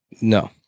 No